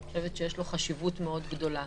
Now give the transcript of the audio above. יש לו חשיבות מאוד גדולה.